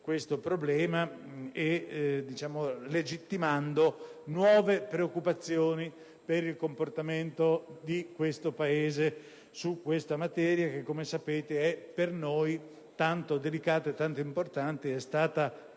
questo problema e legittimando nuove preoccupazioni per il comportamento di questo Paese su tale materia, che, come sapete, è per noi tanto delicata e tanto importante ed è stata